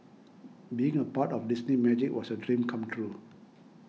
being a part of Disney Magic was a dream come true